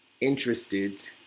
interested